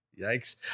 Yikes